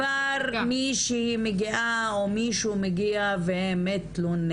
שכבר מישהי מגיעה או מישהו מגיע להתלונן,